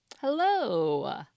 Hello